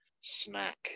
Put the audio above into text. snack